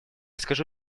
скажу